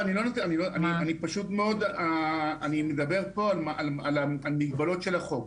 אני מדבר פה על מגבלות של החוק.